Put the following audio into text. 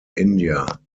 india